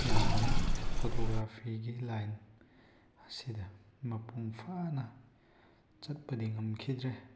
ꯌꯥꯝꯕꯅ ꯐꯣꯇꯣꯒ꯭ꯔꯥꯐꯤꯒꯤ ꯂꯥꯏꯟ ꯑꯁꯤꯗ ꯃꯄꯨꯡ ꯐꯥꯅ ꯆꯠꯄꯗꯤ ꯉꯝꯈꯤꯗ꯭ꯔꯦ